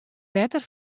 wetter